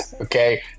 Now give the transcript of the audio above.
okay